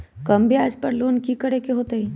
कम ब्याज पर लोन की करे के होतई?